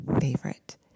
favorite